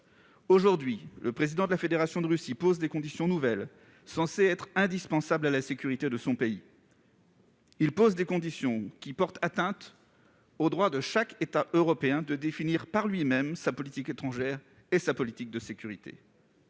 Aujourd'hui, le président de la Fédération de Russie pose des conditions nouvelles censées être indispensables à la sécurité de son pays. Il pose des conditions qui portent atteinte au droit de chaque État européen de définir par lui-même sa politique étrangère et sa politique de sécurité.